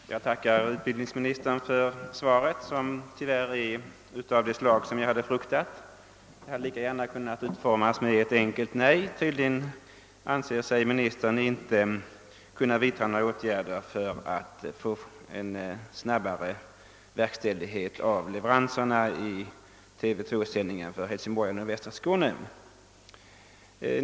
Herr talman! Jag tackar utbildningsministern för svaret på min fråga. Tyvärr var svaret av det slag som jag hade fruktat. Det hade lika gärna kunnat utformas som ett enkelt nej. Tydligen anser sig utbildningsministern inte kunna vidtaga några åtgärder för att åstadkomma en snabbare verkställighet av leveranserna av TV-utrustning för sändningar inom Hälsingborg och nordvästra Skåne.